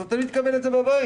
אז התלמיד יקבל את זה בביתו.